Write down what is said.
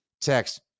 text